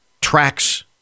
tracks